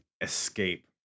escape